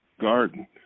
garden